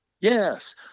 Yes